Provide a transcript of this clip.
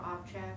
object